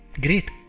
great